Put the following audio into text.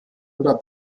oder